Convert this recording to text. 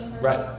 Right